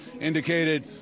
indicated